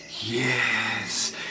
Yes